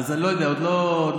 אז אני לא יודע, עוד לא קיבלתי.